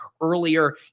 earlier